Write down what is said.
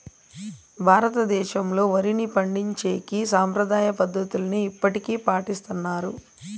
భారతదేశంలో, వరిని పండించేకి సాంప్రదాయ పద్ధతులనే ఇప్పటికీ పాటిస్తన్నారు